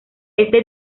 este